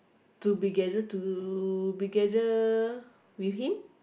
to be together to together with him